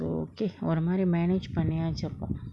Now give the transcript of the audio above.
so okay ஒரு மாறி:oru maari manage பண்ணியாச்சு அப்பொ:panniyaachu appo